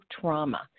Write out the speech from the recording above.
trauma